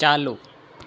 ચાલુ